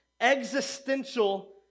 existential